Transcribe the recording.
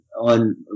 on